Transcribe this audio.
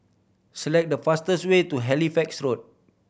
select the fastest way to Halifax Road